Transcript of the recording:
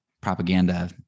propaganda